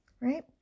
right